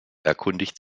erkundigt